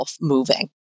Moving